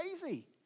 crazy